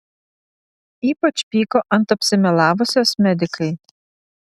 ypač pyko ant apsimelavusiosios medikai